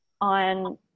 on